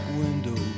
window